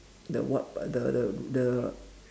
the what but the the